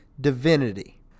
divinity